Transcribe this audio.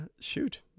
Shoot